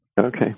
Okay